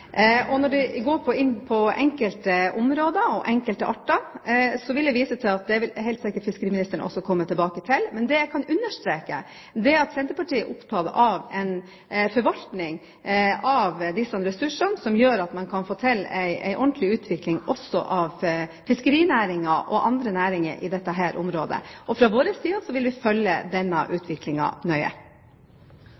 betydelig. Når en går inn på enkelte områder og enkelte arter, vil jeg vise til at det vil helt sikkert fiskeriministeren komme tilbake til. Det jeg kan understreke, er at Senterpartiet er opptatt av en forvaltning av disse ressursene som gjør at man kan få til en ordentlig utvikling også av fiskerinæringen og andre næringer i dette området. Fra vår side vil vi følge denne